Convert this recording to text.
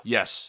Yes